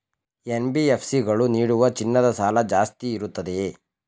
NBFC ಗಳು ನೀಡುವ ಚಿನ್ನದ ಸಾಲ ಜಾಸ್ತಿ ಇರುತ್ತದೆಯೇ?